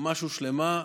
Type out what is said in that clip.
ממש הושלמה,